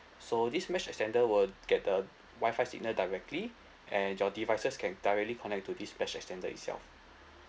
so this mesh extender will get the WI-FI signal directly and your devices can directly connect to this mesh extender itself